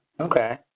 Okay